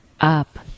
up